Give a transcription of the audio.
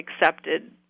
accepted